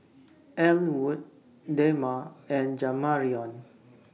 Ellwood Dema and Jamarion